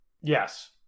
Yes